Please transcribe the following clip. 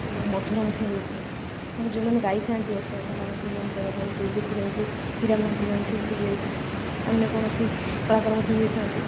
ଏବଂ ମଧୁର ମଧ୍ୟ ହୋଇଥାଏ ଯୋଉମାନେ ଗାଇଥାନ୍ତି ଅସୀମା ପଣ୍ଡା ସେ ହ୍ୟୁମାନ ସାଗର ହଉ କୁଲଦୀପ ହୁଅନ୍ତୁ ଇରା ମହାନ୍ତି ହୁଅନ୍ତୁ ଅନ୍ୟ କୌଣସି କଳାକାର ମଧ୍ୟ ହୋଇଥାନ୍ତୁ